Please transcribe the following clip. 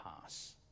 pass